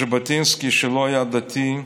ז'בוטינסקי, שלא היה דתי,